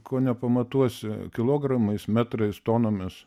ko nepamatuosi kilogramais metrais tonomis